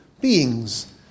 beings